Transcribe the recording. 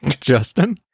Justin